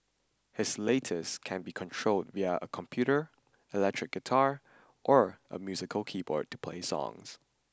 his latest can be controlled via a computer electric guitar or musical keyboard to play songs